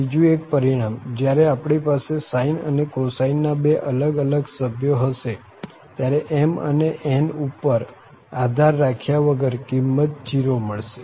બીજુ એક પરિણામ જયારે આપણી પાસે sine અને cosine ના બે અલગ અલગ સભ્યો હશે ત્યારે m અને n ઉપર આધાર રાખ્યા વગર કિંમત 0 મળશે